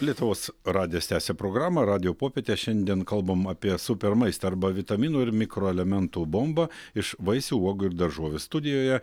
lietuvos radijas tęsia programą radijo popietė šiandien kalbam apie super maistą arba vitaminų ir mikroelementų bombą iš vaisių uogų ir daržovių studijoje